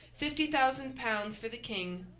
fifty thousand pounds for the king,